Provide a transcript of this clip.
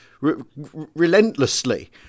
relentlessly